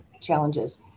challenges